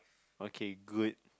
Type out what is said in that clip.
okay good